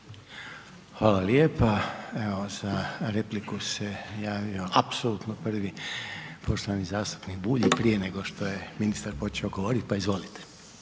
Hvala lijepa. Evo za repliku se javio, apsolutno prvi, poštovani zastupnik Bulj i prije nego što je ministar počeo govorit, pa izvolite.